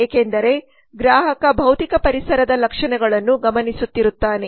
ಏಕೆಂದರೆ ಗ್ರಾಹಕ ಭೌತಿಕ ಪರಿಸರದ ಲಕ್ಷಣಗಳನ್ನು ಗಮನಿಸುತ್ತಿರುತ್ತಾನೆ